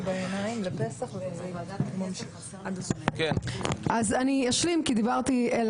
(היו"ר אופיר כץ) אני אשלים כי דיברתי אל